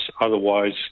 Otherwise